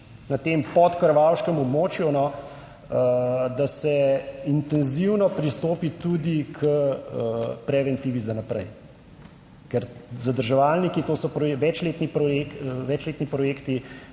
na tem podkrvavškem območju, da se intenzivno pristopi tudi k preventivi za naprej. Ker zadrževalniki, to so večletni projekti,